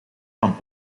van